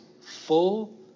full